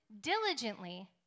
diligently